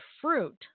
fruit –